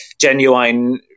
genuine